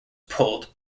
pulled